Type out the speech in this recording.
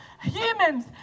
humans